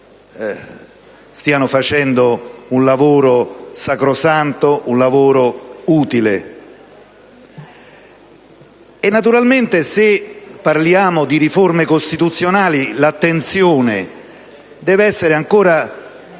stiano facendo un lavoro sacrosanto e utile. Naturalmente, se parliamo di riforme costituzionali l'attenzione deve essere ancora